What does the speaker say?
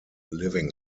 living